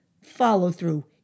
follow-through